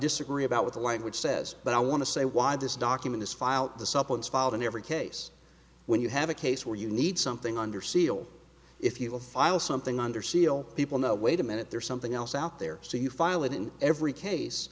disagree about what the language says but i want to say why this document is filed disciplines filed in every case when you have a case where you need something under seal if you will file something under seal people no wait a minute there's something else out there so you file it in every case